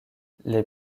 les